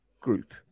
group